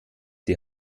die